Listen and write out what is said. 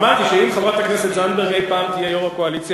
אמרתי שאם חברת הכנסת זנדברג אי-פעם תהיה יו"ר הקואליציה,